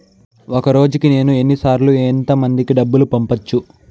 ఒక రోజుకి నేను ఎన్ని సార్లు ఎంత మందికి డబ్బులు పంపొచ్చు?